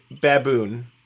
baboon